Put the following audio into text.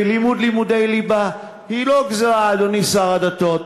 ולימודי ליבה הם לא גזירה, אדוני שר הדתות.